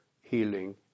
healing